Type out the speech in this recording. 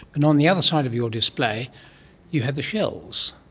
and on the other side of your display you have the shells.